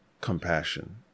compassion